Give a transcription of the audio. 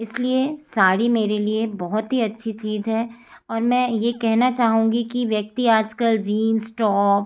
इस लिए साड़ी मेरे लिए बहुत ही अच्छी चीज़ है और मैं ये कहना चाहूँगी कि व्यक्ति आज कल जींस टॉप